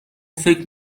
فکر